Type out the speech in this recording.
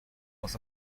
was